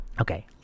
Okay